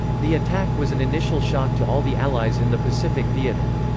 the attack was an initial shock to all the allies in the pacific theater.